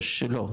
או שלא,